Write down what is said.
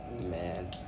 Man